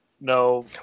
no